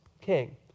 King